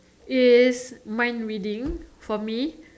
is mind reading for me